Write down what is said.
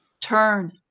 turn